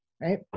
Right